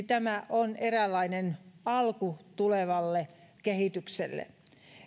tämä on eräänlainen alku tulevalle kehitykselle